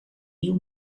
nieuw